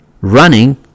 running